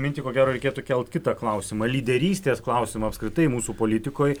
mintį ko gero reikėtų kelt kitą klausimą lyderystės klausimą apskritai mūsų politikoj